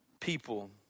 people